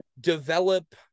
develop